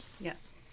Yes